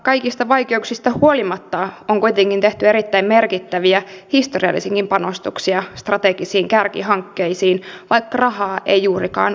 kaikista vaikeuksista huolimatta on kuitenkin tehty erittäin merkittäviä historiallisiakin panostuksia strategisiin kärkihankkeisiin vaikka rahaa ei juurikaan ole